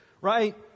Right